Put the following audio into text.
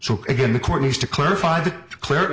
so again the court has to clarify that clearly